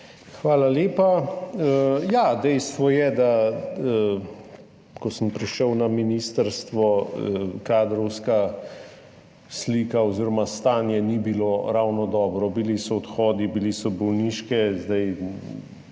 Hvala lepa. Dejstvo je, da ko sem prišel na ministrstvo, kadrovska slika oziroma stanje ni bilo ravno dobro. Bili so odhodi, bile so bolniške. Zakaj